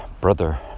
brother